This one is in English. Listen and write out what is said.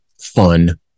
fun